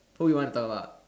who you want to talk about